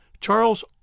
Charles